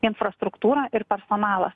infrastruktūrą ir personalą